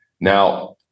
Now